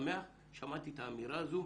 שמעתי את האמירה הזו.